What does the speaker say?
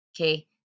okay